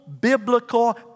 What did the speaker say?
biblical